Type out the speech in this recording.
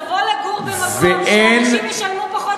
לבוא לגור במקום שאנשים ישלמו פחות,